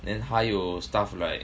then 还有 stuff like